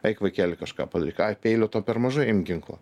eik vaikeli kažką padaryk aj peilio to per mažai imk ginklą